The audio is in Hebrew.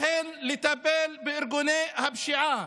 אכן לטפל בארגוני הפשיעה.